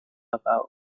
about